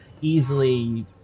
Easily